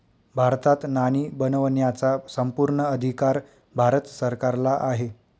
भारतात नाणी बनवण्याचा संपूर्ण अधिकार भारत सरकारला आहे